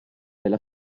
della